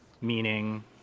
meaning